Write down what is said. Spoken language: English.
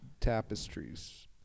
Tapestries